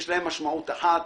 יש להם משמעות אחת,